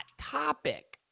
topic